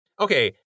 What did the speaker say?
okay